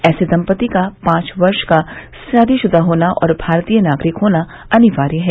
ऐसे दम्पति का पांच वर्ष का शादीशुदा होना और भारतीय नागरिक होना अनिवार्य है